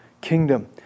kingdom